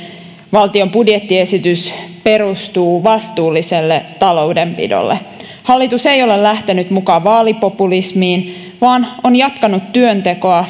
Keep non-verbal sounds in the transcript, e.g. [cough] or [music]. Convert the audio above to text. valtion budjettiesitys perustuu vastuulliselle taloudenpidolle hallitus ei ole lähtenyt mukaan vaalipopulismiin vaan on jatkanut työntekoa [unintelligible]